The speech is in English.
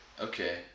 Okay